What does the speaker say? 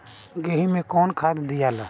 गेहूं मे कौन खाद दियाला?